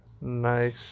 Nice